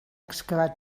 excavat